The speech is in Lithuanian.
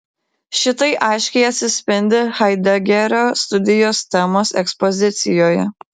šitai aiškiai atsispindi haidegerio studijos temos ekspozicijoje